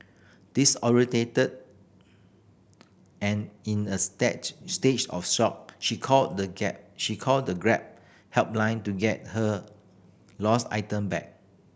disoriented and in a stage stage of shock she called the gab she called the Grab helpline to get her lost item back